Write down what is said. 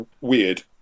weird